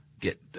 get